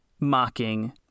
mocking